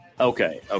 Okay